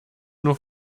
nur